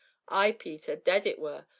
ay, peter, dead it were,